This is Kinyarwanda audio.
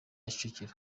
kicukiro